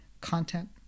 content